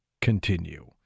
continue